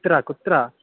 कुत्र कुत्र